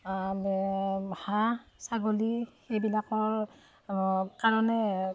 হাঁহ ছাগলী সেইবিলাকৰ কাৰণে